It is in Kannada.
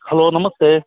ಹಲೋ ನಮಸ್ತೆ